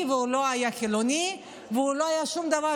והוא לא היה חילוני והוא לא היה שום דבר,